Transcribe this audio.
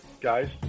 guys